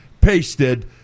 pasted